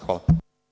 Hvala.